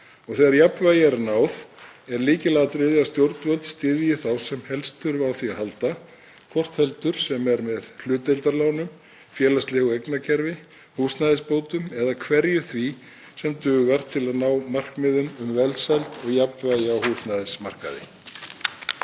Þegar jafnvægi er náð er lykilatriði að stjórnvöld styðji þá sem helst þurfa á því að halda, hvort heldur sem er með hlutdeildarlánum, félagslegu eignakerfi, húsnæðisbótum eða hverju því sem dugar til að ná markmiðum um velsæld og jafnvægi á húsnæðismarkaði.